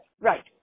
right